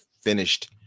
finished